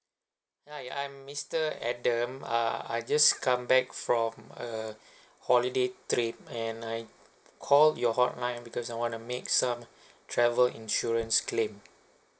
hi I am mister adam uh I just come back from a holiday trip and I called your hotline because I want to make some travel insurance claim